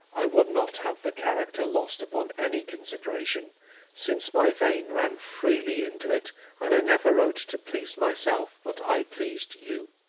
i would not have the character lost upon any consideration since my vein ran freely into it and i never wrote to please myself, but i pleased you.